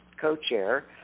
co-chair